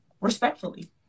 Respectfully